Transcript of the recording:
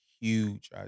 Huge